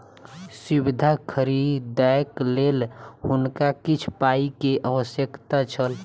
सुविधा खरीदैक लेल हुनका किछ पाई के आवश्यकता छल